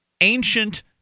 ancient